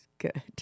Good